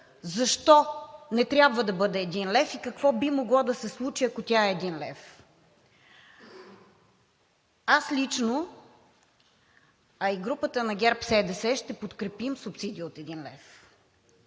защо не трябва да бъде един лев и какво би могло да се случи, ако тя е един лев. Лично аз, а и групата на ГЕРБ-СДС ще подкрепим субсидия от един лев